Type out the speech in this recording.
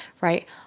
right